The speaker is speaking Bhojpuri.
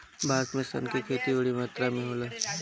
भारत में सन के खेती बड़ी मात्रा में होला